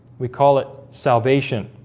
we call it salvation